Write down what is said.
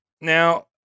Now